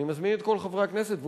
אני מזמין את כל חברי הכנסת שנמצאים פה,